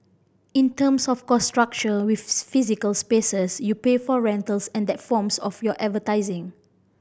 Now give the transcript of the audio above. in terms of cost structure with physical spaces you pay for rentals and that forms of your advertising